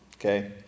Okay